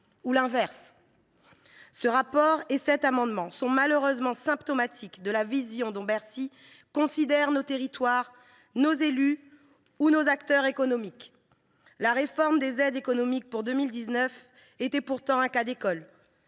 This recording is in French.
qu’il en soit, ce rapport et cet amendement sont malheureusement symptomatiques de la façon dont Bercy considère nos territoires, nos élus et nos acteurs économiques. La réforme des aides économiques engagée dans le PLF pour 2019 était pourtant un cas d’école.